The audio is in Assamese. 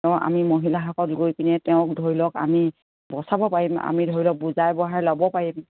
তেওঁ আমি মহিলাসকল গৈ পিনে তেওঁক ধৰি লওক আমি বচাব পাৰিম আমি ধৰি লওক বুজাই বহাই ল'ব পাৰিম